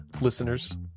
Listeners